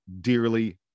dearly